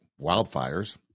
wildfires